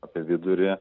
apie vidurį